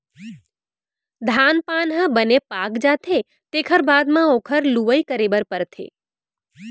धान पान ह बने पाक जाथे तेखर बाद म ओखर लुवई करे बर परथे